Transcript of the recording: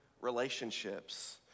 Relationships